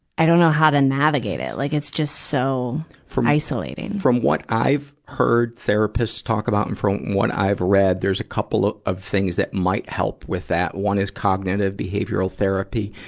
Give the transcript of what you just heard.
i don't know how to navigate it. like it's just so, isolating. from what i've heard therapists talk about, and from what i've read, there's a couple of of things that might help with that. one is cognitive behavioral therapy.